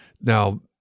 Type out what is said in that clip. Now